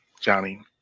Johnny